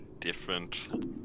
different